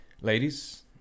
ladies